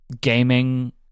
gaming